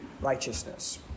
righteousness